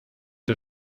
der